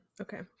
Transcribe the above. Okay